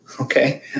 Okay